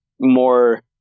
more